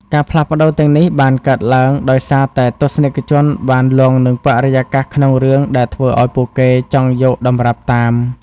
ការផ្លាស់ប្តូរទាំងនេះបានកើតឡើងដោយសារតែទស្សនិកជនបានលង់នឹងបរិយាកាសក្នុងរឿងដែលធ្វើឲ្យពួកគេចង់យកតម្រាប់តាម។